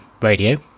radio